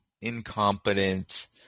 incompetent